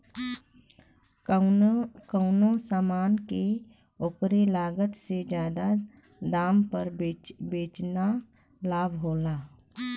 कउनो समान के ओकरे लागत से जादा दाम पर बेचना लाभ होला